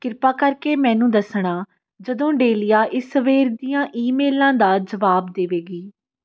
ਕਿਰਪਾ ਕਰਕੇ ਮੇੈਨੂੰ ਦੱਸਣਾ ਜਦੋਂ ਡੇਲੀਆ ਇਸ ਸਵੇਰ ਦੀਆਂ ਈਮੇਲਾਂ ਦਾ ਜਵਾਬ ਦੇਵੇਗੀ